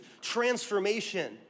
transformation